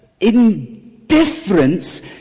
indifference